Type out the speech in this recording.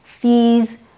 fees